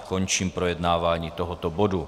Končím projednávání tohoto bodu.